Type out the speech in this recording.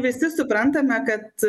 visi suprantame kad